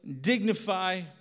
dignify